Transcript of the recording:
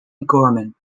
gorman